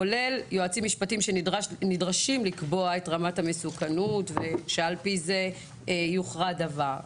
כולל יועצים משפטיים שנדרשים לקבוע את רמת המסוכנות שעל-פיה יוכרע הדבר.